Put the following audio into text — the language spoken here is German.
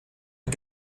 der